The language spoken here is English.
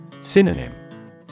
Synonym